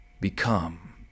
become